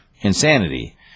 insanity